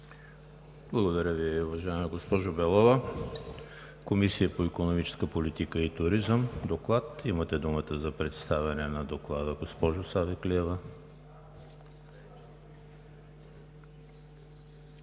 Благодаря Ви, уважаема госпожо Белова. Комисията по икономическа политика и туризъм – имате думата за представяне на Доклада, госпожо Савеклиева.